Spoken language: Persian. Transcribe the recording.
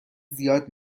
زیاد